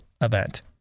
event